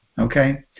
Okay